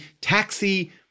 Taxi